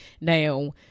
Now